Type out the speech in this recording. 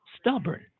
stubborn